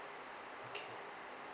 okay